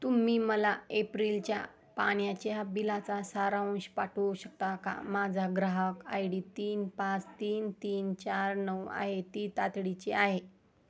तुम्ही मला एप्रिलच्या पाण्याच्या बिलाचा सारांंश पाठवू शकता का माझा ग्राहक आय डी तीन पाच तीन तीन चार नऊ आहे ती तातडीची आहे